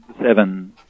seven